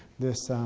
this,